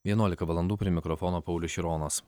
vienuolika valandų prie mikrofono paulius šironas